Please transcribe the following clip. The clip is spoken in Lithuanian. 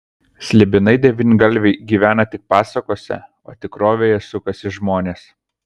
slibinai devyngalviai gyvena tik pasakose o tikrovėje sukasi žmonės